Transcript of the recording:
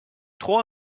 trop